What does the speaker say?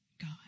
God